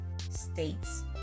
states